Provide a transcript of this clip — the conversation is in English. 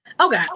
Okay